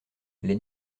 les